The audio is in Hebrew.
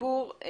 הסיפור הוא